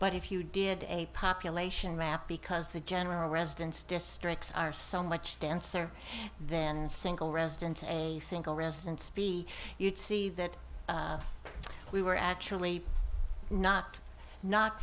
but if you did a population map because the general residence districts are so much denser then single residence and a single residence be you'd see that we were actually not not